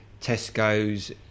Tesco's